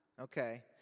Okay